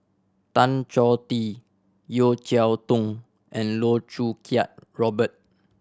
Tan Choh Tee Yeo Cheow Tong and Loh Choo Kiat Robert